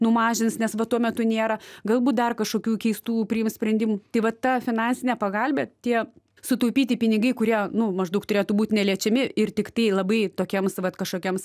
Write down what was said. numažins nes va tuo metu nėra galbūt dar kažkokių keistų priims sprendimų tai va ta finansinė pagalbė tie sutaupyti pinigai kurie nu maždaug turėtų būt neliečiami ir tiktai labai tokiems vat kažkokiems